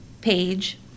page